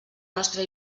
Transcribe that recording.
nostra